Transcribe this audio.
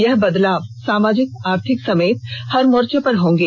यह बदलाव सामाजिक आर्थिक समेत हर मोर्चे पर होंगे